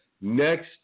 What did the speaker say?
Next